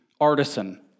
artisan